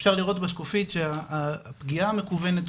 אפשר לראות בשקופית שהפגיעה מקוונת,